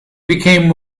became